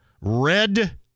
red